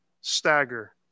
stagger